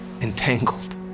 entangled